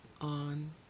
on